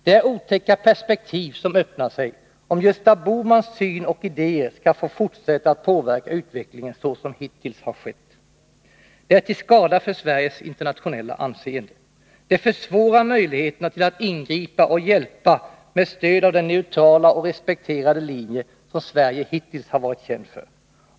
Det är otäcka perspektiv som öppnar sig om Gösta Bohmans syn och idéer skall få fortsätta att påverka utvecklingen så som hittills har skett. Det är till skada för Sveriges internationella anseende. Det försvårar möjligheterna att ingripa och hjälpa med stöd av den neutrala och respekterade linje som Sverige hittills varit känt för.